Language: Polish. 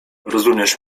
rozumiesz